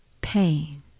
pain